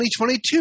2022